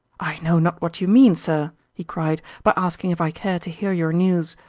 i know not what you mean, sir! he cried, by asking if i care to hear your news.